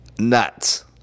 nuts